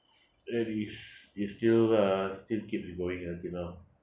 that is it still uh still keeps you going until now